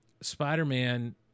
Spider-Man